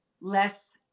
less